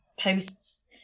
posts